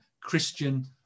Christian